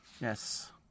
yes